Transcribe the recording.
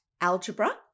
algebra